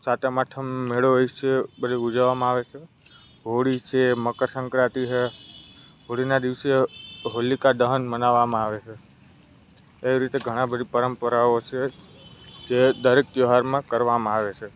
સાતમ આઠમ મેળો હોય છે બધું ઉજવવામાં આવે છે હોળી છે મકરસંક્રાંતિ છે હોળીના દિવસે હોલિકા દહન મનાવવામાં આવે છે એવી રીતે ઘણા બધી પરંપરાઓ છે જે દરેક તહેવારમાં કરવામાં આવે છે